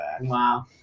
Wow